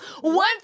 One